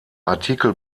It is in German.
artikel